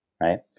Right